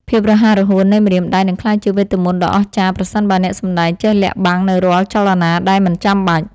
ភាពរហ័សរហួននៃម្រាមដៃនឹងក្លាយជាវេទមន្តដ៏អស្ចារ្យប្រសិនបើអ្នកសម្តែងចេះលាក់បាំងនូវរាល់ចលនាដែលមិនចាំបាច់។